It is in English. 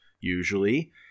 usually